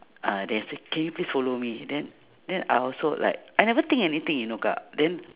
uh then I say can you please follow me then then I also like I never think anything you know kak then